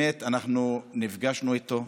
אנחנו נפגשנו איתו,